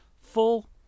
full